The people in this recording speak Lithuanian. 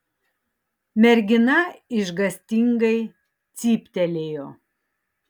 mergina išgąstingai cyptelėjo